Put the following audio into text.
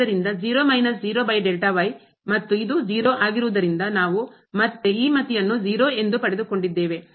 ಆದ್ದರಿಂದ ಮತ್ತು ಇದು 0 ಆಗಿರುವುದರಿಂದ ನಾವು ಮತ್ತೆ ಈ ಮಿತಿಯನ್ನು 0 ಎಂದು ಪಡೆದುಕೊಂಡಿದ್ದೇವೆ